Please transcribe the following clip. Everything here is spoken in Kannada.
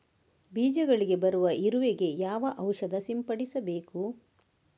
ಬೀಜಗಳಿಗೆ ಬರುವ ಇರುವೆ ಗೆ ಯಾವ ಔಷಧ ಸಿಂಪಡಿಸಬೇಕು?